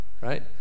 right